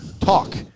talk